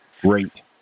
great